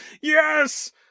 yes